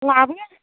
लाबोनो